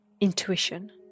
intuition